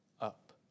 up